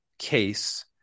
case